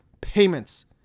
payments